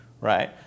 right